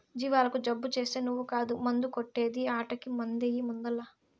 జీవాలకు జబ్బు చేస్తే నువ్వు కాదు మందు కొట్టే ది ఆటకి మందెయ్యి ముందల్ల